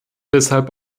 deshalb